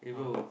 eh bro